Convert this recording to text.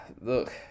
look